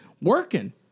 working